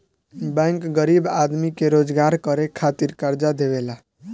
bank गरीब आदमी के रोजगार करे खातिर कर्जा देवेला